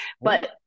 but-